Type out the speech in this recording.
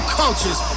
cultures